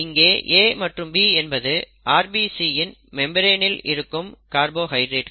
இங்கே A மற்றும் B என்பது RBC இன் மேற்பரப்பில் இருக்கும் கார்போஹைட்ரேட்கள்